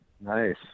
Nice